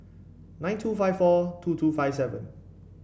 nine two five four two two five seven